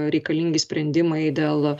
reikalingi sprendimai dėl